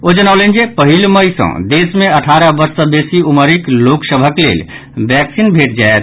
ओ जनौलनि जे पहिल मई सॅ देश में अठारह वर्ष सॅ बेसी उमरिक लोकसभक लेल बैक्सीन भेटि जायत